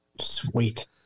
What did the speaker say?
Sweet